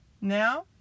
Now